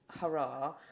hurrah